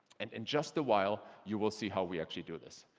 and in just a while, you will see how we actually do this.